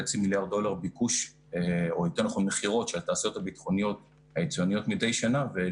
מיליארד דולר מכירות של התעשיות הביטחוניות היצואניות מדי שנה.